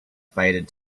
faded